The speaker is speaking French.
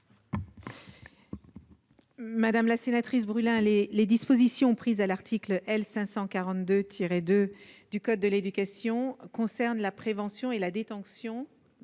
Madame la sénatrice brûla les dispositions prises à l'article L. 542 tiré 2 du code de l'éducation concerne la prévention et la détention,